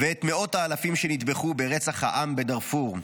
ושל מאות האלפים שנטבחו ברצח העם בדארפור.